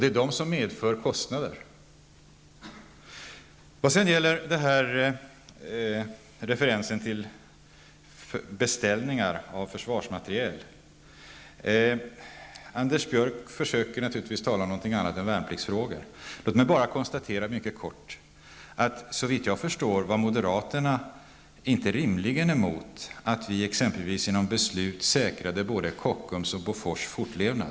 Det är dessa som medför kostnader. Anders Björck refererar också till beställningar av försvarsmateriel. Han försöker naturligtvis tala om annat än värnpliktsfrågor. Låt mig bara mycket kort konstatera att moderaterna såvitt jag förstår inte rimligen var emot att vi genom beslut säkrade både Kockums och Bofors fortlevnad.